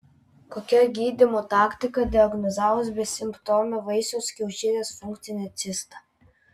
kokia gydymo taktika diagnozavus besimptomę vaisiaus kiaušidės funkcinę cistą